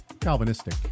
Calvinistic